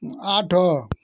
ଆଠ